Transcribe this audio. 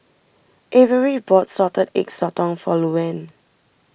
Averie bought Salted Egg Sotong for Louann